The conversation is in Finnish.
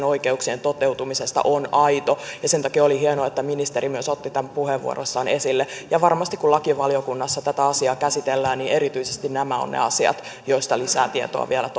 oikeuksien toteutumisesta on aito sen takia oli hienoa että ministeri myös otti tämän puheenvuorossaan esille varmasti kun lakivaliokunnassa tätä asiaa käsitellään niin erityisesti nämä ovat ne asiat joista lisää tietoa vielä